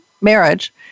marriage